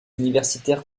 universitaires